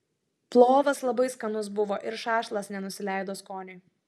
plovas labai skanus buvo ir šašlas nenusileido skoniui